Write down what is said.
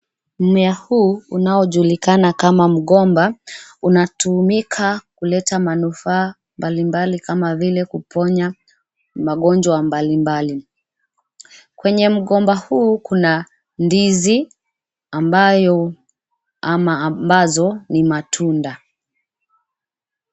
Mmea huu unaojulikana kama mgomba unatumika kuleta manufaa mbalimbali kama vile kuponya magonjwa mbalimbali. Kwenye mgomba huu, kuna ndizi ambayo ama ambazo ni matunda.